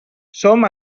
som